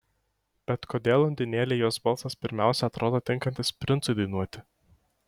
bet kodėl undinėlei jos balsas pirmiausia atrodo tinkantis princui dainuoti